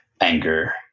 anger